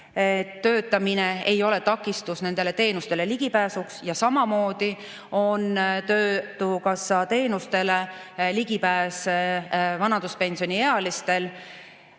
töötamine ei ole takistus nendele teenustele ligipääsul. Samamoodi on töötukassa teenustele ligipääs vanaduspensioniealistel.